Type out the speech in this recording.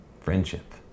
Friendship